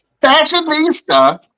fashionista